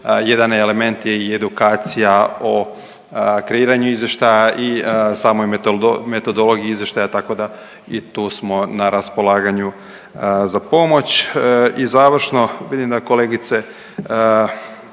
jedan element je i edukacija o kreiranju izvještaja i samoj metodologiji izvještaja tako da i tu smo na raspolaganju za pomoć. I završno vidim da kolegice